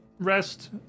Rest